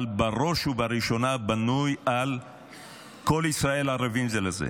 אבל בראש וראשונה בנוי על "כל ישראל ערבים זה לזה".